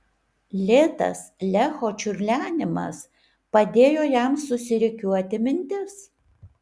lėtas lecho čiurlenimas padėjo jam susirikiuoti mintis